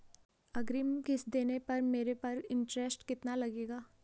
अग्रिम किश्त देने पर मेरे पर इंट्रेस्ट कितना लगेगा?